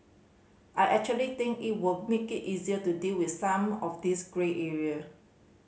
I actually think it will make it easier to deal with some of these grey area